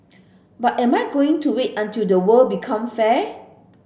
but am I going to wait until the world become fair